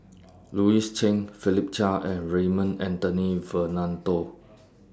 Louis Chen Philip Chia and Raymond Anthony Fernando